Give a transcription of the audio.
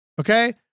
Okay